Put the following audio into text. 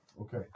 Okay